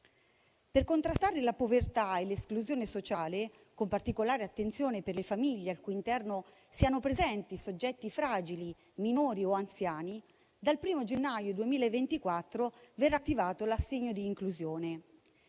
Per contrastare la povertà e l'esclusione sociale, con particolare attenzione alle famiglie al cui interno siano presenti soggetti fragili, minori o anziani, dal 1° gennaio 2024 verrà attivato l'assegno di inclusione.